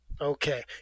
Okay